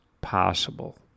possible